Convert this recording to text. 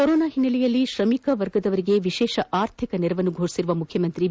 corona ಹಿನ್ನೆಲೆಯಲ್ಲಿ ತ್ರಮಿಕ ವರ್ಗದವರಿಗೆ ವಿಶೇಷ ಆರ್ಥಿಕ ನೆರವನ್ನು ಘೋಷಿಸಿರುವ ಮುಖ್ಯಮಂತ್ರಿ ಬಿ